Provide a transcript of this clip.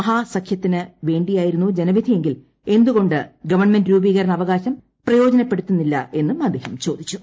മഹാസംഖ്യത്തിന് വേണ്ടിയായിരുന്നു ജനവിധി എങ്കിൽ എന്തുകൊണ്ട് ഗവൺമെന്റ് രൂപീകരണ അവകാശം പ്രയോജനപ്പെടുത്തുന്നില്ല എന്നും അദ്ദേഹം ചോദിച്ചു